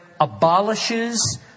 abolishes